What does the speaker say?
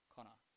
Connor